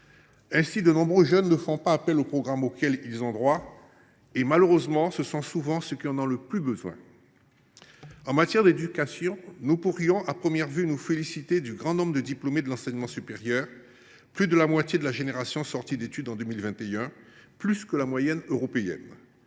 Ainsi, de nombreux jeunes ne font pas appel aux programmes auxquels ils ont droit et ce sont malheureusement souvent ceux qui en ont le plus besoin. En matière d’éducation, nous pourrions, au premier abord, nous féliciter du grand nombre de diplômés de l’enseignement supérieur : plus de la moitié de la génération sortie d’études en 2021, soit davantage que la moyenne européenne.